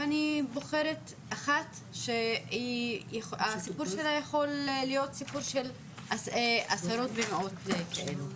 ואני בוחרת אחת שהסיפור שלה יכול להיות סיפור של עשרות ומאות כאלו.